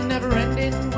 Never-ending